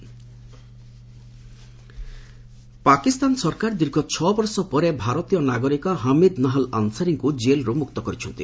Wagah border Pakistan ସରକାର ଦୀର୍ଘ ଛ' ବର୍ଷ ପରେ ଭାରତୀୟ ନାଗରିକ ହମିଦ ନାହାଲ ଆନ୍ସାରୀଙ୍କୁ ଜେଲରୁ ମୁକ୍ତ କରିଛନ୍ତି